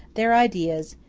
their ideas,